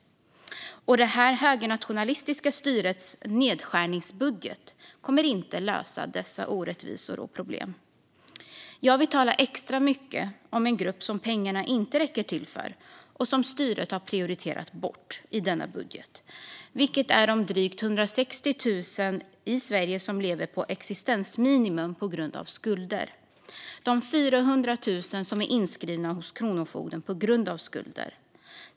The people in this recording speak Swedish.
Det högernationalistiska styrets nedskärningsbudget kommer inte att lösa dessa orättvisor och problem. Jag vill tala extra mycket om en grupp som pengarna inte räcker till för och som styret har prioriterat bort i denna budget. Det är de drygt 160 000 i Sverige som lever på existensminimum på grund av skulder och de 400 000 som är inskrivna hos Kronofogden på grund av skulder.